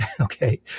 Okay